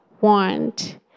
want